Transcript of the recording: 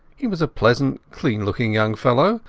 he was a pleasant, clean-looking young fellow,